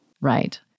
Right